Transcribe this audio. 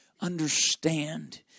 Understand